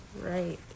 right